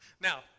Now